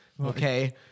Okay